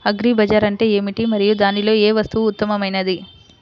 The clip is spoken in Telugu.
అగ్రి బజార్ అంటే ఏమిటి మరియు దానిలో ఏ వస్తువు ఉత్తమమైనది?